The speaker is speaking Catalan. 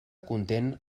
content